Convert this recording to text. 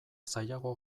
zailago